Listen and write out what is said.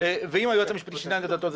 ואם היועץ המשפטי שינה את עמדתו,